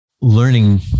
learning